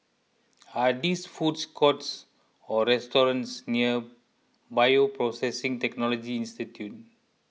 are this food courts or restaurants near Bioprocessing Technology Institute